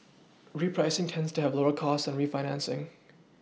repricing tends to have lower costs than refinancing